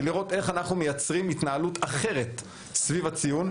לראות איך אנחנו מייצרים התנהלות אחרת סביב הציון.